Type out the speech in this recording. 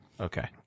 Okay